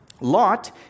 Lot